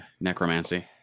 Necromancy